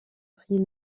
prix